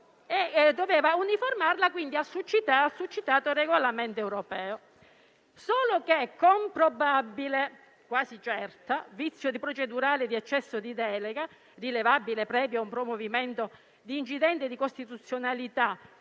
quindi uniformarla al succitato regolamento europeo. Tuttavia, con probabile e quasi certo vizio procedurale di eccesso di delega, rilevabile previo promovimento di incidente di costituzionalità